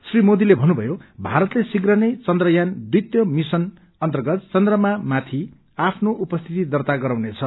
री मोदीले भन्नुभयो भारतले शीघ्र नै चन्द्रयान द्वितीय मिशन अर्न्तगत चन्द्रमा माथि आफ्नो उपस्थिति दर्ता गराउनेछ